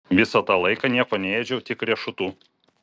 visą tą laiką nieko neėdžiau tik riešutų